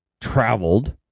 traveled